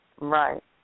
Right